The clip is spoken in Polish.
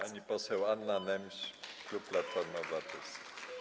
Pani poseł Anna Nemś, klub Platforma Obywatelska.